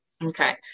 Okay